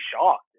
shocked